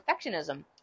perfectionism